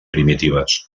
primitives